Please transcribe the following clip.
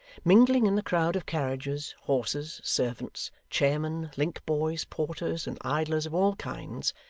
mingling in the crowd of carriages, horses, servants, chairmen, link-boys, porters, and idlers of all kinds,